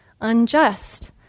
unjust